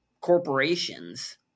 corporations—